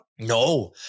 No